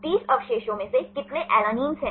30 अवशेषों में से कितने एलानियां हैं